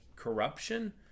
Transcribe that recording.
Corruption